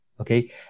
okay